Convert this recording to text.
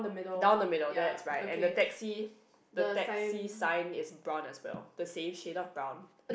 down the middle that's right and the taxi the taxi sign is brown as well the same shade of brown